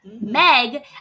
Meg